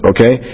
Okay